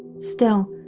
still,